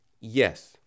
Yes